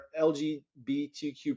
LGBTQ